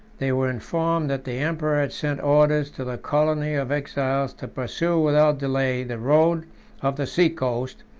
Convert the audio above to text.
they were informed that the emperor had sent orders to the colony of exiles to pursue without delay the road of the sea-coast,